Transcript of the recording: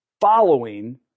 following